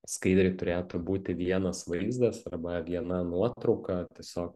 skaidrėj turėtų būti vienas vaizdas arba viena nuotrauka tiesiog